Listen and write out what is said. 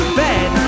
bed